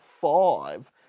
five